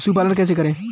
पशुपालन कैसे करें?